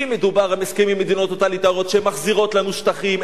אם מדובר על הסכמים עם מדינות טוטליטריות שמחזירות לנו שטחים,